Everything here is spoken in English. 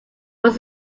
was